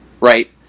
right